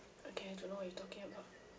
okay I don't know what you talking about